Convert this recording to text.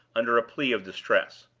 under a plea of distress.